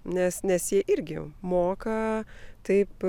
nes nes jie irgi moka taip